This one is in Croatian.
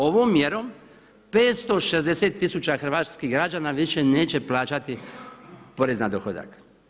Ovom mjerom 560 tisuća hrvatskih građana više neće plaćati porez na dohodak.